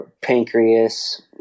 pancreas